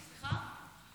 החוקה.